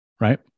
right